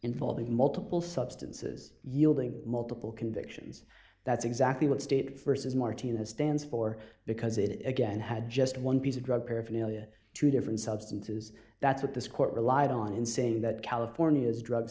involving multiple substances yielding multiple convictions that's exactly what state versus martinez stands for because it again had just one piece of drug paraphernalia two different substances that's what this court relied on in saying that california's drug